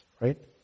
right